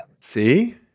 See